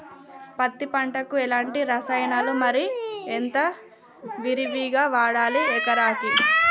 పత్తి పంటకు ఎలాంటి రసాయనాలు మరి ఎంత విరివిగా వాడాలి ఎకరాకి?